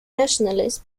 nationalist